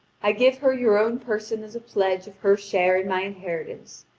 i give her your own person as a pledge of her share in my inheritance,